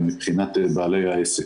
מבחינת בעלי העסק.